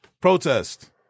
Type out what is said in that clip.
protest